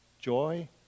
joy